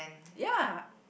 ya